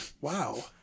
wow